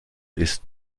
ist